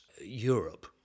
Europe